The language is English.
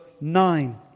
nine